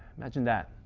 imagine that.